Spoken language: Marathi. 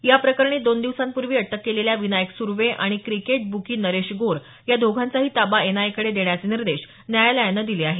याप्रकरणी दोन दिवसांपूर्वी अटक केलेल्या विनायक सुर्वे आणि क्रिकेट बुकी नरेश गोर या दोघांचाही ताबा एनआयएकडे देण्याचे निर्देश न्यायालयानं दिले आहेत